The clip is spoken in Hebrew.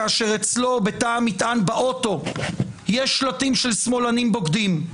כאשר אצלו בתא המטען באוטו יש שלטים של שמאלנים בוגדים.